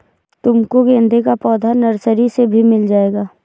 तुमको गेंदे का पौधा नर्सरी से भी मिल जाएगा